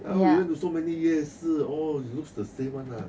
ya you been to so many 夜市 all looks the same one lah